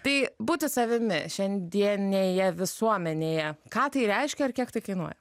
tai būti savimi šiandienėje visuomenėje ką tai reiškia ir kiek tai kainuoja